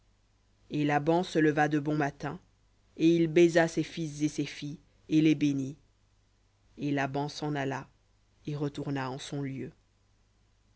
et laban se leva de bon matin et il baisa ses fils et ses filles et les bénit et laban s'en alla et retourna en son lieu